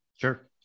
Sure